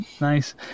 Nice